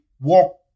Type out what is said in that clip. walk